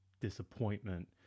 disappointment